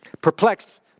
Perplexed